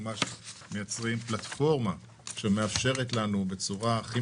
אנחנו מייצרים פלטפורמה שמאפשרת לנו בצורה הכי